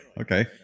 Okay